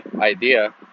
idea